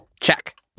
Check